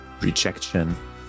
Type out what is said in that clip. rejection